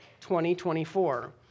2024